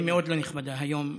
היא מאוד לא נכבדה היום.